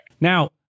now